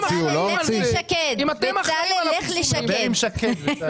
בצלאל, לך לשקד.